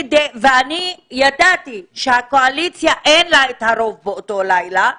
וידעתי שלקואליציה אין הרוב באותו לילה,